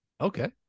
Okay